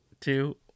two